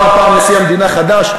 אמר פעם נשיא המדינה: חדש.